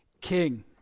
king